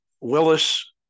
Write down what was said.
Willis